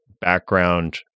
background